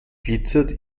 glitzert